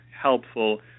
helpful